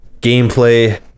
gameplay